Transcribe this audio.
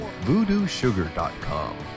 VoodooSugar.com